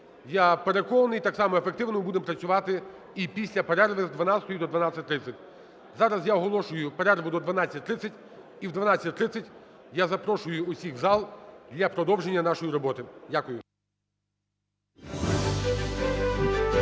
Я переконаний, так само ефективно будемо працювати і після перерви з 12 до 12:30. Зараз я оголошую перерву до 12:30 і о 12:30 я запрошую усіх в зал для продовження нашої роботи. Дякую.